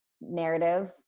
narrative